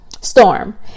storm